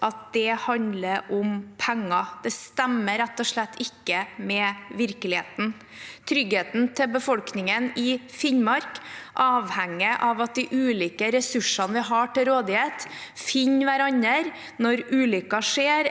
at det handler om penger. Det stemmer rett og slett ikke med virkeligheten. Tryggheten til befolkningen i Finnmark avhenger av at de ulike ressursene vi har til rådighet, finner hverandre når ulykker skjer,